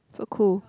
so cool